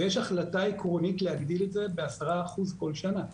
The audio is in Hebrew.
ויש החלטה עקרונית להגדיל את זה ב-10% כל שנה,